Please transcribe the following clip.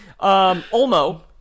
Olmo